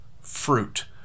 fruit